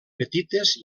petites